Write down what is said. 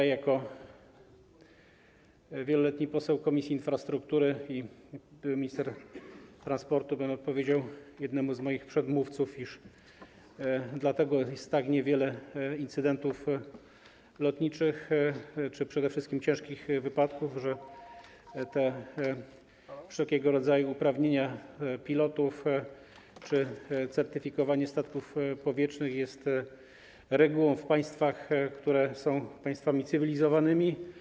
Jako wieloletni poseł Komisji Infrastruktury i były minister transportu odpowiedziałbym jednemu z moich przedmówców, iż dlatego jest tak niewiele incydentów lotniczych czy przede wszystkim ciężkich wypadków, że te wszelkiego rodzaju uprawnienia pilotów czy certyfikowanie statków powietrznych są regułą w państwach, które są państwami cywilizowanymi.